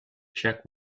check